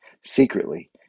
secretly